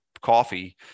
coffee